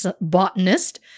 botanist